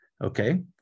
Okay